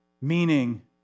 meaning